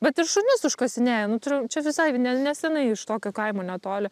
bet ir šunis užkasinėja nu turiu čia visai ne nesenai iš tokio kaimo netoli